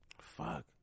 Fuck